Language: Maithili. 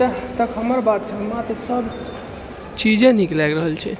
जतेक तक हमर बात छै हमरा तऽ सब चीजे नीक लागि रहल छै